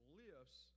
lifts